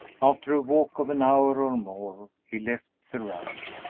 after a walk of an hour or more he left the road,